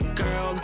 girl